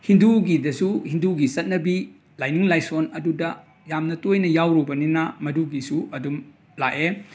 ꯍꯤꯟꯗꯨꯒꯤꯗꯁꯨ ꯍꯤꯟꯗꯨꯒꯤ ꯆꯠꯅꯕꯤ ꯂꯥꯏꯅꯤꯡ ꯂꯥꯏꯁꯣꯟ ꯑꯗꯨꯗ ꯌꯥꯝꯅ ꯇꯣꯏꯅ ꯌꯥꯎꯔꯨꯕꯅꯤꯅ ꯃꯗꯨꯒꯤꯁꯨ ꯑꯗꯨꯝ ꯂꯥꯛꯑꯦ